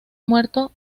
muerto